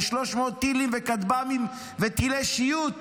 ל-300 טילים וכטב"מים וטילי שיוט,